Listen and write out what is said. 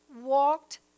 walked